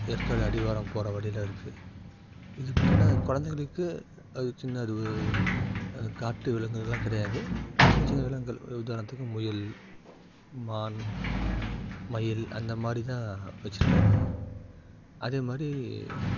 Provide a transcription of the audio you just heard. ஏற்காடு அடிவாரம் போகிற வழியில் இருக்குது இது பாத்தோனா குழந்தைகளுக்கு ஒரு சின்ன அது ஒரு காட்டு விலங்குகள்லாம் கிடையாது சின்ன சின்ன விலங்குகள் உதாரணத்துக்கு முயல் மான் மயில் அந்தமாதிரி தான் வச்சுருக்காங்க அதேமாதிரி